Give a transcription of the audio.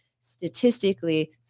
statistically